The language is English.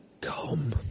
come